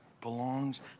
belongs